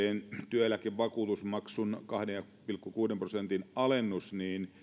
työeläkevakuutusmaksun kahden pilkku kuuden prosentin alennus ei